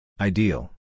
Ideal